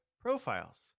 profiles